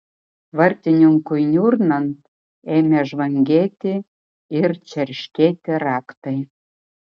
vartininkui niurnant ėmė žvangėti ir čerškėti raktai